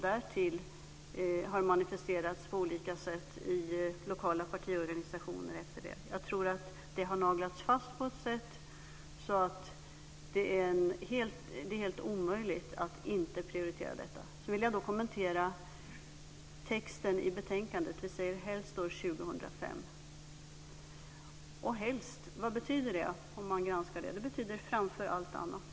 Därtill har det manifesterats på olika sätt i lokala partiorganisationer efter det. Det har naglats fast på ett sätt att det är helt omöjligt att inte prioritera detta. Jag vill kommentera texten i betänkandet. Vi säger "helst" år 2005. Vad betyder "helst" om man granskar det? Det betyder "framför allt annat".